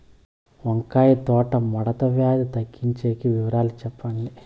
వంకాయ తోట ముడత వ్యాధి తగ్గించేకి వివరాలు చెప్పండి?